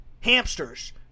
hamsters